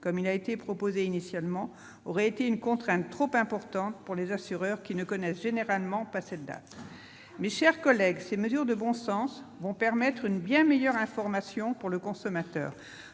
comme cela était proposé initialement, aurait été une contrainte trop importante pour les assureurs qui ne connaissent généralement pas cette date. Mes chers collègues, ces mesures de bon sens vont permettre une bien meilleure information du consommateur.